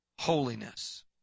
Holiness